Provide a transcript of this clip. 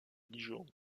dijon